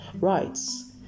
Rights